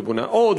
ובונה עוד,